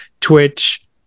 Twitch